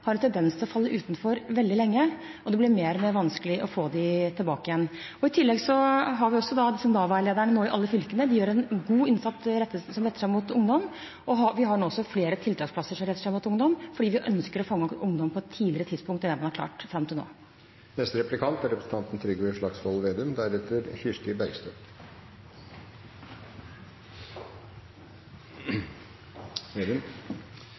har en tendens til å falle utenfor veldig lenge, og det blir mer og mer vanskelig å få dem tilbake igjen. I tillegg har vi Nav-lederne i alle fylkene som gjør en god innsats som retter seg mot ungdom, og vi har nå også flere tiltaksplasser som retter seg mot ungdom, fordi vi ønsker å fange opp ungdom på et tidligere tidspunkt enn det man har klart fram til nå. Det er